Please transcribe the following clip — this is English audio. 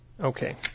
okay